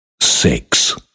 six